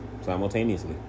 simultaneously